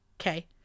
Okay